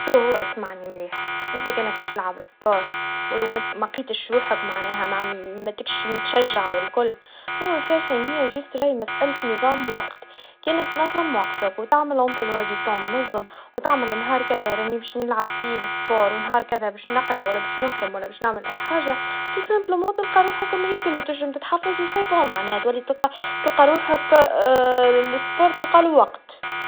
شو هوا اسمعني مليح, انت كنك بش تلعب رياضا, ولو مانت- ملقيتش روحك, معناها مع- متكش متشجع والكل باش ان هيا مسألة نظامم ووقت, كان تنظم وقتك, وتعمل جدول منظم, وتعمل نهار كذا باش نلعب فيه ريااضا, ونهار كذا باش نقرا, ولا باش نخدم, ولا باش نعمل أي حاجا, وببساطا تلقى روحك مريت لو تنجم تحافظ وببساطا تولي تلقى روحك, الرياضا تلقالها وقت.